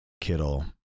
Kittle